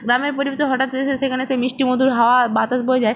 গ্রামের পরিবেশে হঠাৎ সে সেখানে সে মিষ্টি মধুর হাওয়া বাতাস বয়ে যায়